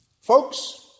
Folks